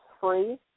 free